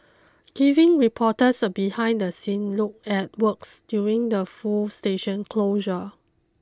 giving reporters a behind the scene look at works during the full station closure